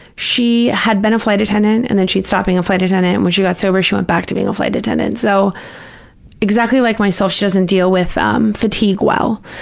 she had been a flight attendant and then she'd stopped being a flight attendant, and when she got sober she went back to being a flight attendant, so exactly like myself, she doesn't deal with um fatigue well.